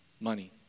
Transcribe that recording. money